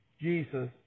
Jesus